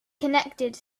connected